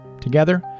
Together